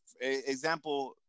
Example